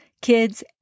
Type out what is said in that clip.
kids